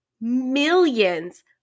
millions